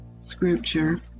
scripture